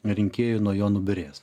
rinkėjų nuo jo nubyrės